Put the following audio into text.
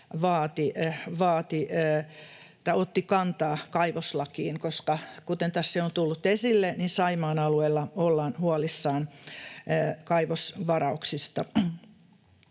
kantaa kaivoslakiin, koska, kuten tässä on jo tullut esille, Saimaan alueella ollaan huolissaan kaivosvarauksista.